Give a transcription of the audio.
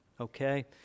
Okay